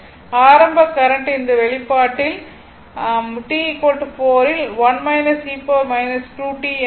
ஆரம்ப கரண்ட் இந்த வெளிப்பாட்டில் t 4 இல் என உள்ளது